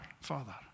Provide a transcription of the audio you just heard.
Father